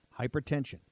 Hypertension